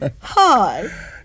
Hi